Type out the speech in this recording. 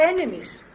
enemies